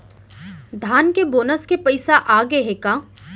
धान के बोनस के पइसा आप गे हे का?